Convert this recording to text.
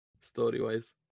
story-wise